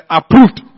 approved